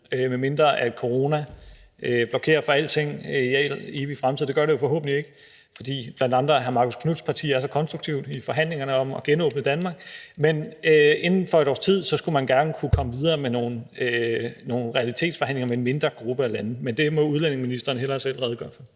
medmindre coronaen blokerer for alting i al evig fremtid, og det gør det jo forhåbentlig ikke, fordi bl.a. hr. Marcus Knuths parti er så konstruktivt i forhandlingerne om at genåbne Danmark – så gerne skulle kunne komme videre med nogle realitetsforhandlinger med en mindre gruppe af lande. Men det må udlændingeministeren hellere selv redegøre for.